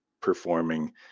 performing